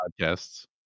podcasts